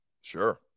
Sure